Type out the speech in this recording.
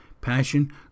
passion